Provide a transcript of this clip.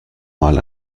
mal